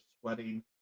sweating